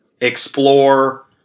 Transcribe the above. explore